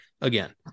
again